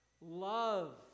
Love